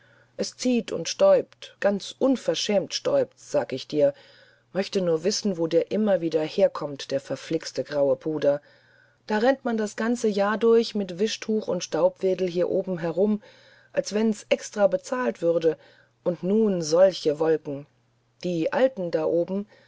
es zieht und stäubt ganz unverschämt stäubt's sag ich dir möchte nur wissen wo er immer wieder herkommt der verflixte graue puder da rennt man das ganze jahr durch mit wischtuch und staubwedel hier oben herum als wenn's extra bezahlt würde und nun solche wolken die alten da oben